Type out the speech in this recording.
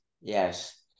yes